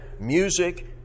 music